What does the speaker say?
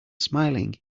smiling